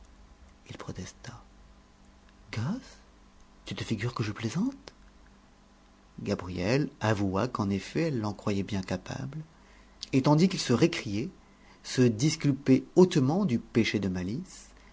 il protesta gosse tu te figures que je plaisante gabrielle avoua qu'en effet elle l'en croyait bien capable et tandis qu'il se récriait se disculpait hautement du péché de malice